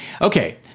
Okay